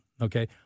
okay